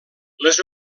les